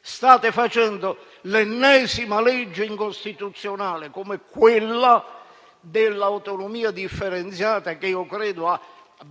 State facendo l'ennesima legge incostituzionale, come quella dell'autonomia differenziata, che credo batta